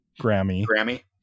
Grammy